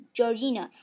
Georgina